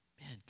man